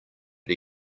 but